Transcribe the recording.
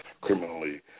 criminally